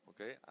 okay